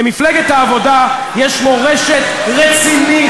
למפלגת העבודה יש מורשת רצינית,